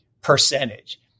percentage